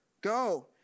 go